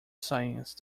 science